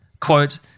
quote